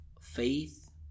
faith